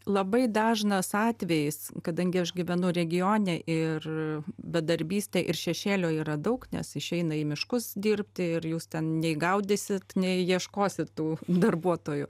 labai dažnas atvejis kadangi aš gyvenu regione ir bedarbystė ir šešėlio yra daug nes išeina į miškus dirbti ir jūs ten nei gaudysit nei ieškosit tų darbuotojų